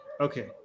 Okay